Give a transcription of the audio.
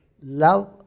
love